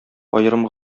аерым